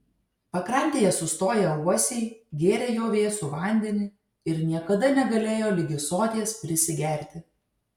pakrantėje sustoję uosiai gėrė jo vėsų vandenį ir niekada negalėjo ligi soties prisigerti